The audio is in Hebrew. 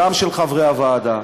גם של חברי הוועדה,